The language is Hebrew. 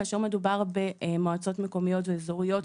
כאשר מדובר במועצות מקומיות ואזוריות,